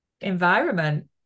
environment